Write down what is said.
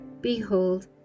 Behold